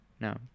No